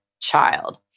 child